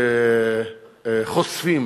שחושפים